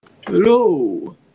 Hello